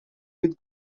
with